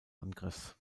angriffs